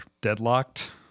deadlocked